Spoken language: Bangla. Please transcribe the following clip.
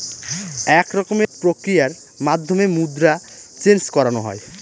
এক রকমের প্রক্রিয়ার মাধ্যমে মুদ্রা চেন্জ করানো হয়